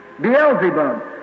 Beelzebub